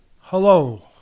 Hello